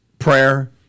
Prayer